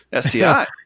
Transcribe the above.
STI